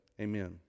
Amen